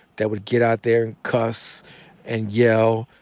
that would get out there, cuss and yell,